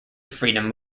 freedom